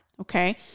okay